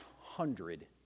hundred